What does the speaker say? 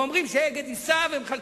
ואומרים ש"אגד" ייסע, ומחלקים.